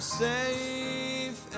safe